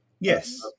Yes